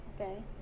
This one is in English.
Okay